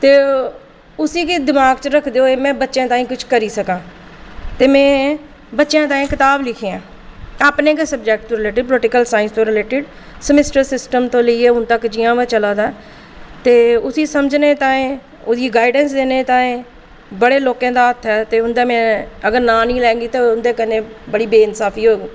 ते उसी गै दमाग च रखदे होइ मे बच्चें ताईं किश करी सकां ते में बच्चें ताईं कताब लिखी ऐअपने गै सब्जैक्ट दे रिलेटड पोलटिकल साईंस दे रिलेटड समीस्टर सिस्टम तूं लेइयै चला दा ते उसी समझनें ताईं ओह्दी गाइड़ंस देने ताईं बड़े लोकें दा हत्थ ऐ ते उंदे में अगर नांऽ निं लैङ तां उंदे कन्नै बड़ी बे इंसाफी होग